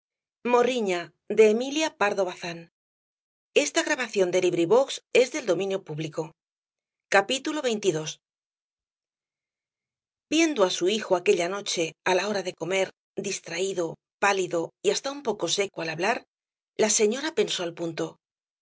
viendo á su hijo aquella noche á la hora de comer distraído pálido y hasta un poco seco al hablar la señora pensó al punto